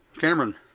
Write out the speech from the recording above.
Cameron